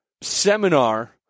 seminar